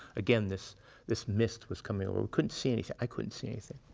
again, this this mist was coming over. we couldn't see anything i couldn't see anything.